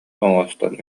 оҥостон